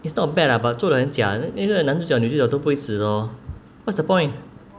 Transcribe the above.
it's not bad lah but 做得很假那个男主角女主角都不会死的 lor what's the point